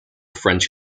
french